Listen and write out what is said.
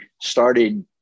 started